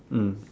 mm